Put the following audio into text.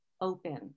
open